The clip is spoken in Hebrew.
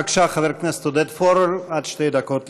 בבקשה, חבר הכנסת עודד פורר, עד שתי דקות לרשותך.